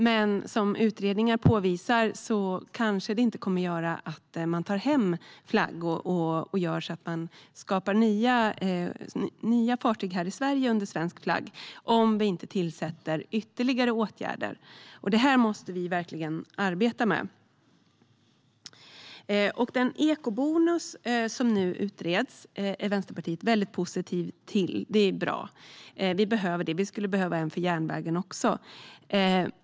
Men som utredningen påvisar kommer det kanske inte att göra att man tar hem flagg eller bygger nya fartyg här i Sverige som får gå under svensk flagg om vi inte vidtar ytterligare åtgärder. Detta måste vi verkligen arbeta med. Eco-bonus, som nu utreds, är Vänsterpartiet väldigt positivt till. Detta är bra, och vi behöver det. Vi skulle behöva en även för järnvägen.